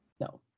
No